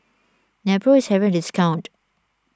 Nepro is having a discount